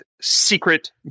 secret